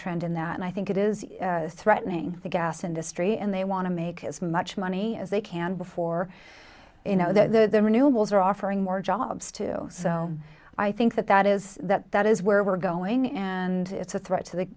trend in that and i think it is threatening the gas industry and they want to make as much money as they can before you know that their new wells are offering more jobs to do so i think that that is that that is where we're going and it's a threat to the